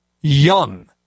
Young